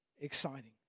exciting